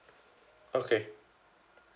okay